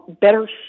better